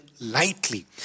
lightly